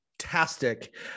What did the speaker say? Fantastic